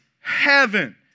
heaven